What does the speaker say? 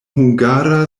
hungara